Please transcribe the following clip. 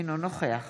אינו נוכח